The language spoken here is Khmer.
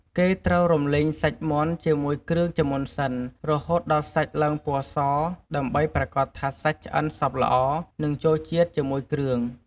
គេត្រូវរំលីងសាច់មាន់ជាមួយគ្រឿងជាមុនសិន រហូតដល់សាច់ឡើងពណ៌ស ដើម្បីប្រាកដថាសាច់ឆ្អិនសព្វល្អ និងចូលជាតិជាមួយគ្រឿង។